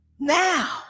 Now